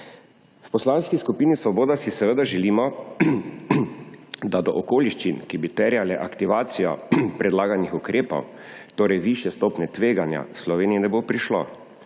V Poslanski skupini Svoboda si seveda želimo, da do okoliščin, ki bi terjale aktivacijo predlaganih ukrepov, torej višje stopnje tveganja, v Sloveniji ne bo prišlo.